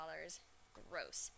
Gross